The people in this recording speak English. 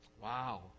Wow